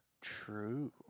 true